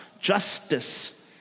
Justice